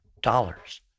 dollars